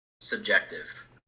subjective